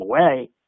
away